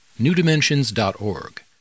newdimensions.org